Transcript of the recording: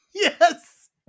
Yes